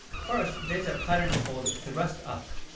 first, there is a pattern called thrust up.